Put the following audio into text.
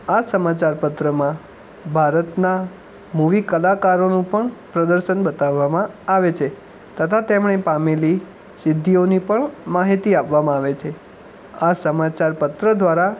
આ સમાચાર પત્રમાં ભારતના મૂવી કલાકારોનો પણ પ્રદર્શન બતાવવામાં આવે છે તથા તેમણે પામેલી સિદ્ધિઓની પણ માહિતી આપવામાં આવે છે આ સમાચાર પત્ર દ્વારા